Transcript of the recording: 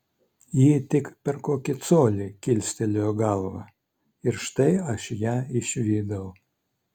ji tik per kokį colį kilstelėjo galvą ir štai aš ją išvydau